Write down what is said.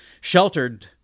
sheltered